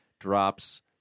Drops